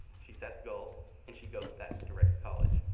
she sets goals and she goes back directs college.